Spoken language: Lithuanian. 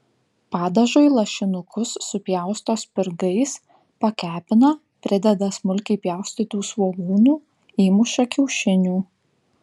padažui lašinukus supjausto spirgais pakepina prideda smulkiai pjaustytų svogūnų įmuša kiaušinių